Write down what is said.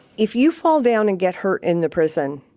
if you fall down and get hurt in the prison,